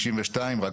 ב-1992.